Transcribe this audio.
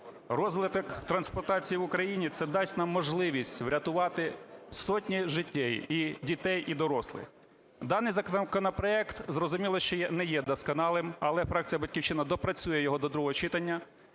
Розвиток трансплантації в Україні дасть нам можливість врятувати сотні життів і дітей, і дорослих. Даний законопроект, зрозуміло, що не є досконалим, але фракція "Батьківщина" доопрацює його до другого читання,